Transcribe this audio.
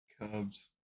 Cubs